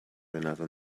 another